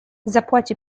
zapłaci